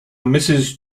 mrs